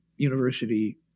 university